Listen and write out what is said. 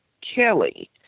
Kelly